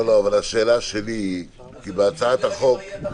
השאלה שלי --- אני לא יודע להגיד שלא תהיה התחלואה.